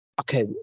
okay